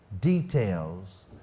details